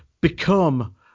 become